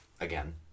again